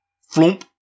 Flump